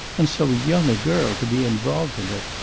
and so young a girl to be involved in it!